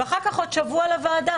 ואחר כך עוד שבוע לוועדה.